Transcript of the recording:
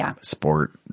sport